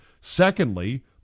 Secondly